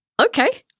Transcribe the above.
Okay